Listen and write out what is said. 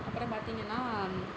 அப்புறம் பார்த்தீங்கன்னா